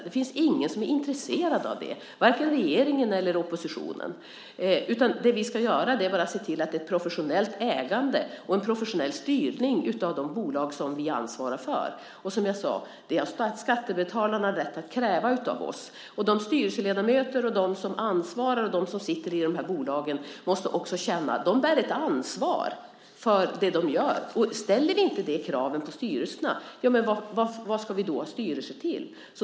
Det finns ingen som är intresserad av det, varken regeringen eller oppositionen. Det vi ska göra är bara att se till att det är ett professionellt ägande och en professionell styrning av de bolag som vi ansvarar för. Som jag sade har skattebetalarna rätt att kräva det av oss. Styrelseledamöter, de som ansvarar och de som sitter i de här bolagen måste också känna att de bär ett ansvar för det de gör. Ställer vi inte de kraven på styrelserna, vad ska vi då ha styrelser till?